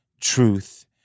truth